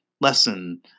lesson